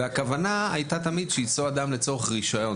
והכוונה הייתה תמיד שיצלול אדם לצורך רישיון.